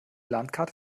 landkarte